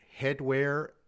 headwear